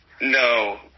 No